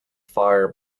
fire